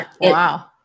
Wow